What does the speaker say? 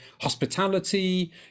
hospitality